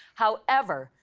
however,